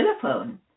telephone